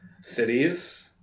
cities